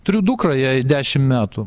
turiu dukrą jai dešim metų